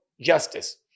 justice